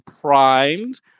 primed